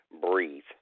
breathe